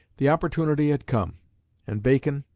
the opportunity had come and bacon,